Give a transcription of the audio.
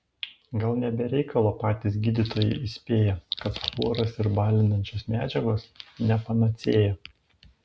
gal ne be reikalo patys gydytojai įspėja kad fluoras ir balinančios medžiagos ne panacėja